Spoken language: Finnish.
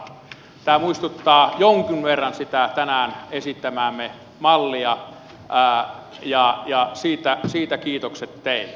tämä muistuttaa jonkin verran sitä tänään esittämäämme mallia ja siitä kiitokset teille